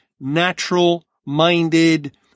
natural-minded